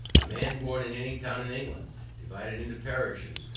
a man born in any town in england divided into parishes,